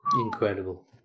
Incredible